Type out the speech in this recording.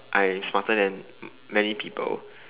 I smarter than many people